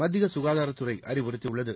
மத்திய சுகாதாரத்துறை அறிவுறுத்தியுள்ளது